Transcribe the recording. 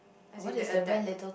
as in the adapted